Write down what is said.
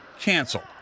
canceled